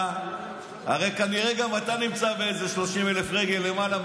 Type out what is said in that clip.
הרי כנראה אתה נמצא באיזה 30,000 רגל למעלה,